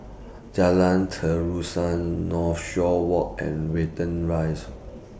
Jalan Terusan Northshore Walk and Watten Rise